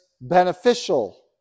beneficial